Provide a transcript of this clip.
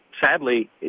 Sadly